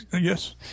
yes